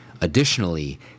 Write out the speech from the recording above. Additionally